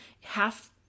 half